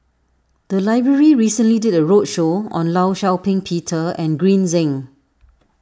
the library recently did a roadshow on Law Shau Ping Peter and Green Zeng